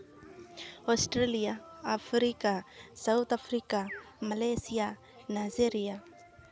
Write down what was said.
Australia Africa South Africa Malaysia Nigeria